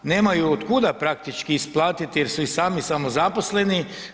Nemaju od kuda praktički isplatiti jer su i sami samozaposleni.